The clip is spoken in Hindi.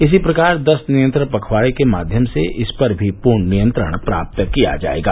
इसी प्रकार दस्त नियंत्रण पखवाड़े के माध्यम से इस पर भी पूर्ण नियंत्रण प्राप्त किया जायेगा